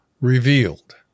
revealed